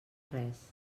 res